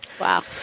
Wow